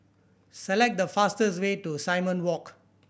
select the fastest way to Simon Walk